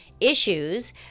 issues